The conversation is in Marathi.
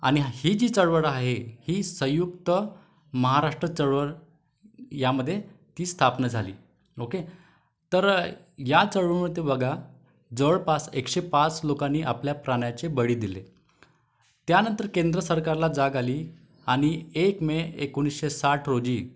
आणि ही जी चळवळ आहे ही संयुक्त महाराष्ट्र चळवळ यामध्ये ती स्थापना झाली ओके तर या चळवळीत बघा जवळपास एकशे पाच लोकांनी आपल्या प्राणाचे बळी दिले त्यानंतर केंद्र सरकारला जाग आली आणि एक मे एकोणीसशे साठ रोजी